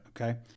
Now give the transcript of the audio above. okay